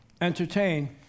entertain